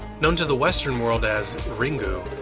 known to the western world as ringu,